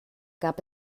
gab